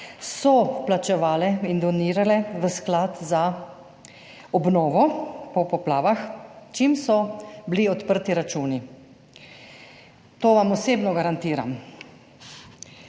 so plačevale in donirale v sklad za obnovo po poplavah čim so bili odprti računi. To vam osebno garantiram.